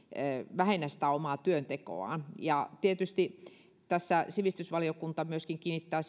vähennä omaa työntekoaan tietysti tässä sivistysvaliokunta myöskin kiinnittää